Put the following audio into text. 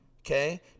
Okay